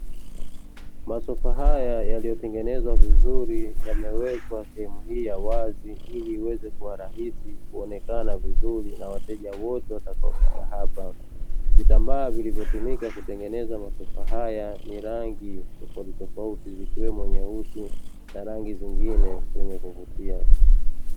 Masofa haya yametengenezwa vizuri yamewekwa sehemu hii ya wazi ili iweze kuwa rahisi kuonekana vizuri na wateja wote watakaopita hapa, vitambaa vilivyotumika kutengeneza masofa haya ni rangi tofautitofauti ikiwemo nyeusi na rangi nyingine zenye kuvutia.